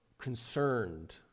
concerned